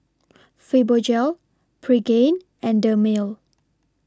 Fibogel Pregain and Dermale